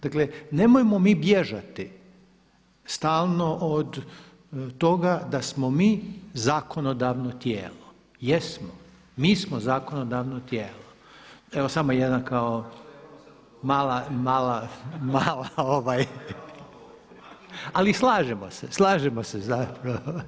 Dakle nemojmo mi bježati stalno od toga da smo mi zakonodavno tijelo, jesmo, mi smo zakonodavno tijelo. … [[Upadica se ne čuje.]] Evo samo jedna kao mala …… [[Upadica se ne čuje.]] Ali slažemo se, slažemo se zapravo.